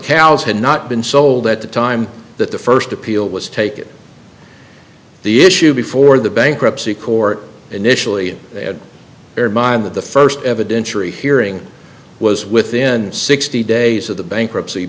cals had not been sold at the time that the first appeal was taken the issue before the bankruptcy court initially they had their mind that the first evidentiary hearing was within sixty days of the bankruptcy